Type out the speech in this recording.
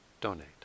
donate